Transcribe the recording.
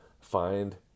Find